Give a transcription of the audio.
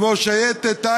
כמו שייטת,